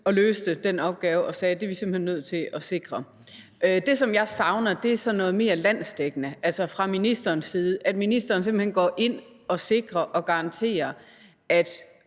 og løste den opgave og sagde: Det er vi simpelt hen nødt til at sikre. Det, som jeg savner, er noget mere landsdækkende fra ministerens side, altså at ministeren simpelt hen går ind og sikrer og garanterer det,